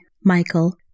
Michael